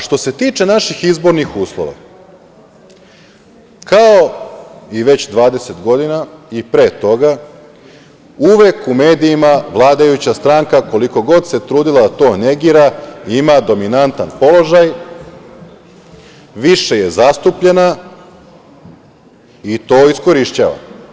Što se tiče naših izbornih uslova, kao i već 20 godina i pre toga, uvek u medijima vladajuća stranka, koliko god se trudila da to negira, ima dominantan položaj, više je zastupljena, i to iskorišćava.